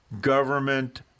government